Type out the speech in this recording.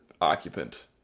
occupant